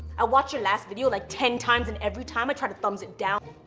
i watched your last video like ten times, and every time i tried to thumbs it down.